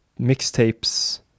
mixtapes